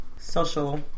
social